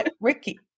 Ricky